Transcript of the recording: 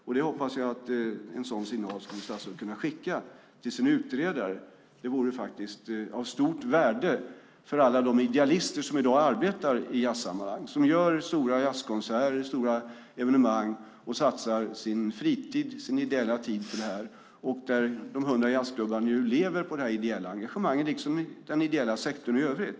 Jag hoppas att statsrådet kan skicka en sådan signal till sin utredare. Det vore faktiskt av stort värde för alla de idealister som i dag arbetar i jazzsammanhang och gör stora jazzkonserter och stora evenemang och satsar sin fritid, sin ideella tid, på detta. De hundra jazzklubbarna lever på det här ideella engagemanget, liksom den ideella sektorn i övrigt.